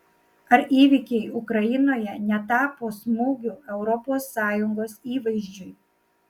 ar įvykiai ukrainoje netapo smūgiu europos sąjungos įvaizdžiui